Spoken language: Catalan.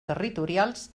territorials